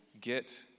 get